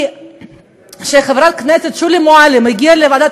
כי כשחברת הכנסת שולי מועלם הגיעה לוועדת